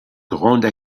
grande